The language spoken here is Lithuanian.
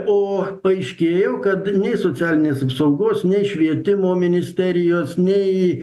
o paaiškėjo kad nei socialinės apsaugos nei švietimo ministerijos nei